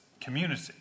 community